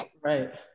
Right